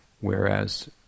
Whereas